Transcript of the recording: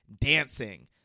dancing